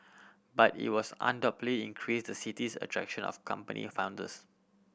but it will undoubtedly increase the city's attraction of company founders